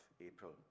April